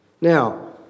Now